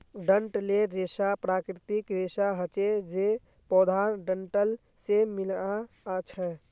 डंठलेर रेशा प्राकृतिक रेशा हछे जे पौधार डंठल से मिल्आ छअ